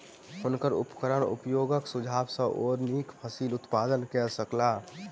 हुनकर उपकरण उपयोगक सुझाव सॅ ओ नीक फसिल उत्पादन कय सकला